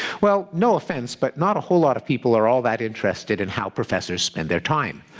well, no offence, but not a whole lot of people are all that interested in how professors spend their time.